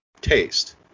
taste